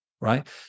right